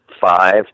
five